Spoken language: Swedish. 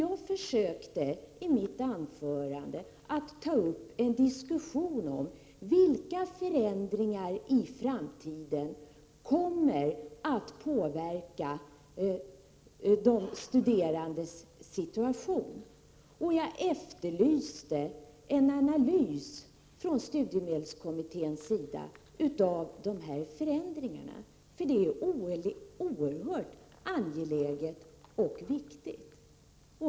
Jag försökte i mitt anförande att ta upp en diskussion om vilka förändringar som i framtiden kommer att påverka de studerandes situation. Jag efterlyste en analys från studiemedelskommittén av dessa förändringar, något som är oerhört angeläget och viktigt.